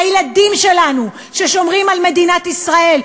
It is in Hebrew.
הילדים שלנו ששומרים על מדינת ישראל,